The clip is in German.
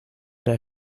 der